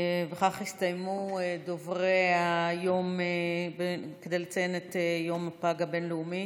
בכך הסתיימו דוברי היום כדי לציון יום הפג הבין-לאומי.